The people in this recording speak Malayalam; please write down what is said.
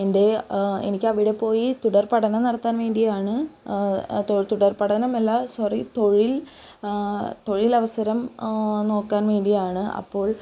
എൻ്റെ എനിക്ക് അവിടെ പോയി തുടർപഠനം നടത്താൻ വേണ്ടിയാണ് തുടർപഠനം അല്ല സോറി തൊഴിൽ തൊഴിൽ അവസരം നോക്കാൻ വേണ്ടിയാണ് അപ്പോൾ